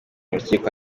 rukiko